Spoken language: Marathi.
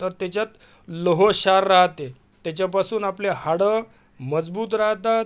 तर त्याच्यात लोह क्षार राहाते त्याच्यापासून आपले हाडं मजबूत राहतात